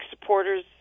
supporters